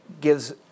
gives